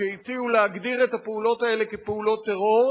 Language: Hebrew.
שהציעו להגדיר את הפעולות האלה כפעולות טרור,